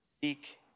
seek